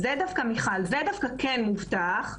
דווקא כן מובטח.